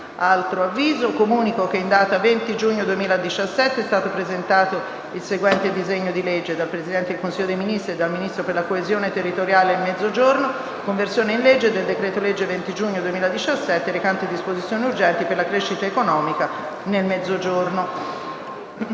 finestra"). Comunico che, in data 20 giugno 2017, è stato presentato il seguente disegno di legge: *dal Presidente del Consiglio dei ministri e dal Ministro per la coesione territoriale e il Mezzogiorno:* «Conversione in legge del decreto-legge 20 giugno 2017, n. 91, recante disposizioni urgenti per la crescita economica nel Mezzogiorno»